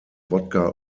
wodka